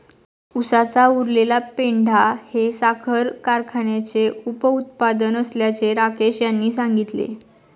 उसाचा उरलेला पेंढा हे साखर कारखान्याचे उपउत्पादन असल्याचे राकेश यांनी सांगितले